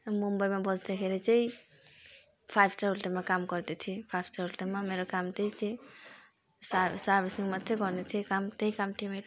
मुम्बईमा बस्दाखेरि चाहिँ फाइभ स्टार होटेलमा काम गर्दै थिएँ फाइभ स्टार होटेलमा मेरो काम त्यही थियो सा सर्भिसिङ मात्रै गर्नु थियो काम त्यही काम थियो मेरो